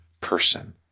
person